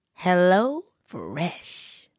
HelloFresh